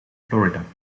florida